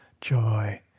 joy